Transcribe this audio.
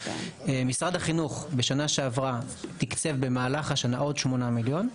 משרד החינוך בשנה שעברה תקצב במהלך השנה שעברה עוד 8 מיליון.